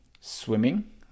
swimming